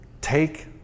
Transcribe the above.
Take